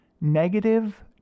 Negative